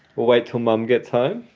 we'll wait till mum gets home?